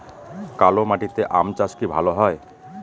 কালো মাটিতে আম চাষ কি ভালো হয়?